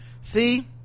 see